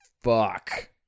fuck